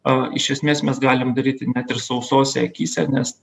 a iš esmės mes galim daryti net ir sausose akyse nes